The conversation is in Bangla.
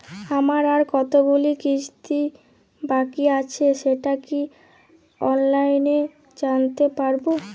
আমার আর কতগুলি কিস্তি বাকী আছে সেটা কি অনলাইনে জানতে পারব?